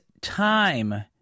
time